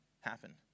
happen